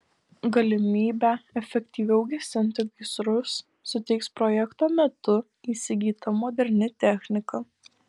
galimybę efektyviau gesinti gaisrus suteiks projekto metu įsigyta moderni technika